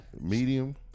Medium